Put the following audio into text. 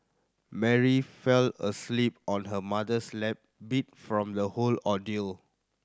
Mary fell asleep on her mother's lap beat from the whole ordeal